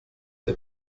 der